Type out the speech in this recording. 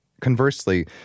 Conversely